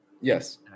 Yes